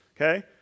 Okay